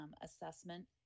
assessment